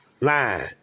line